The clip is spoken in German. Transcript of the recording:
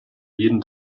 jeden